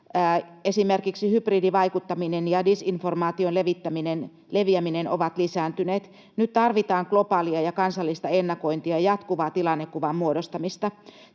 Esimerkiksi hybridivaikuttaminen ja disinformaation leviäminen ovat lisääntyneet. Nyt tarvitaan globaalia ja kansallista ennakointia ja jatkuvaa tilannekuvan muodostamista.